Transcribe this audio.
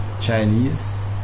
Chinese